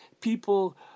people